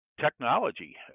technology